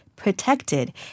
protected